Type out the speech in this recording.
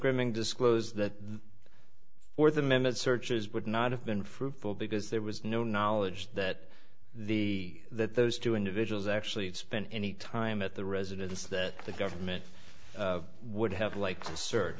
grooming disclosed that the fourth amendment searches would not have been fruitful because there was no knowledge that the that those two individuals actually spent any time at the residence that the government would have liked to search